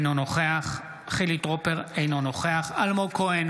אינו נוכח אריה מכלוף דרעי, אינו נוכח עמית הלוי,